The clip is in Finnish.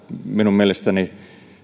minun mielestäni